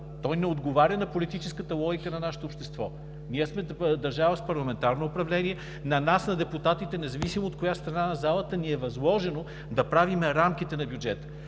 той не отговаря на политическата логика на нашето общество. Ние сме държава с парламентарно управление. На нас, на депутатите, независимо от коя страна на залата, ни е възложено да правим рамките на бюджета.